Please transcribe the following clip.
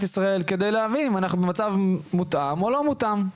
ישראל כדי להבין אם אנחנו במצב מותאם או לא מותאם,